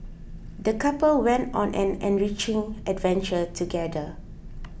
the couple went on an enriching adventure together